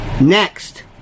Next